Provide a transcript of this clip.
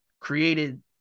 created